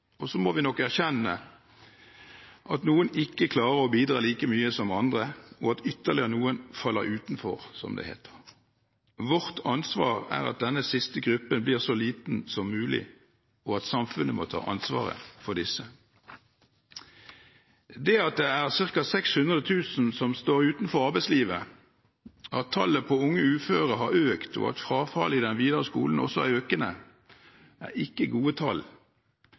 Så må vi nok erkjenne at noen ikke klarer å bidra like mye som andre, og at ytterligere noen faller utenfor, som det heter. Vårt ansvar er at denne siste gruppen blir så liten som mulig, og at samfunnet må ta ansvaret for disse. Det at det er ca. 600 000 som står utenfor arbeidslivet, at tallet på unge uføre har økt, og at frafallet i den videregående skolen også er økende, er ikke gode tall,